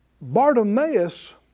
Bartimaeus